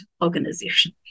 organization